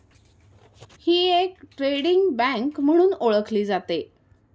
ही एक trading bank म्हणून ओळखली जाते